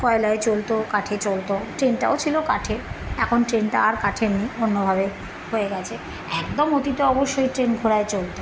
কয়লায় চলত কাঠে চলত ট্রেনটাও ছিল কাঠের এখন ট্রেনটা আর কাঠের নেই অন্যভাবে হয়ে গিয়েছে একদম অতীতে অবশ্য ট্রেন ঘোড়ায় চলত